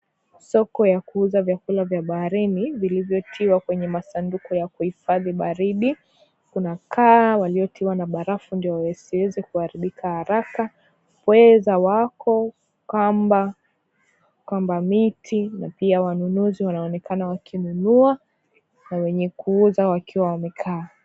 Soko ya kuuza vyakula vya baharini vilivyotiwa kwenye masanduku ya kuhifadhi baridi. Kuna kaa waliotiwa na barafu ndio wasiweze kuharibika haraka, pweza wako, kamba, kamba miti na pia wanunuzi wanaonekana wakinunua na wenye kuuza wakiwa wamekaa.